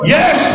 Yes